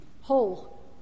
whole